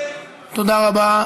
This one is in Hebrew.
תודה רבה,